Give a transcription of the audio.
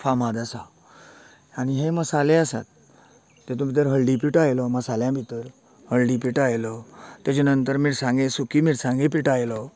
फामाद आसा आनी हे मसाले आसा तेतून भितर हळदी पिठो आयलो मसाल्या भितर हळडी पिठो आयलो तेजे नंतर मिरसांगे सुकी मिरसांगे पिठो आयलो